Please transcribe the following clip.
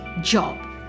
job